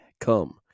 come